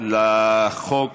לחוק